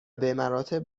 بمراتب